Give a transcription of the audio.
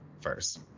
first